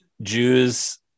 Jews